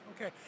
Okay